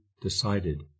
decided